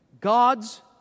God's